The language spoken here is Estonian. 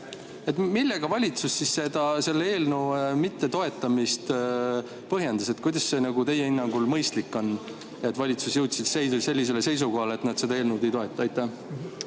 Millega valitsus siis selle eelnõu mittetoetamist põhjendas? Kuidas see teie hinnangul mõistlik on, et valitsus jõudis sellisele seisukohale, et nad seda eelnõu ei toeta? Aitäh